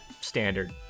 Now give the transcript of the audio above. Standard